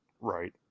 Right